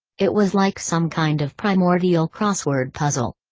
it was like some kind of primordial crossword puzzle.